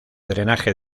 drenaje